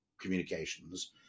communications